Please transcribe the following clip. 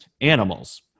animals